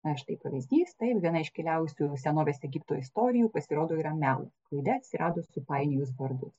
na štai pavyzdys tai ir viena iškiliausių senovės egipto istorijų pasirodo yra melas klaida atsirado supainiojus vardus